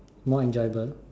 more enjoyable